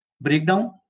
breakdown